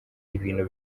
ibintu